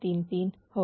533 Hz